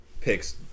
picks